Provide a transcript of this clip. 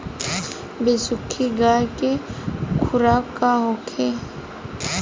बिसुखी गाय के खुराक का होखे?